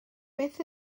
beth